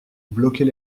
bloquer